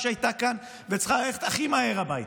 שהייתה כאן וצריכה ללכת הכי מהר הביתה,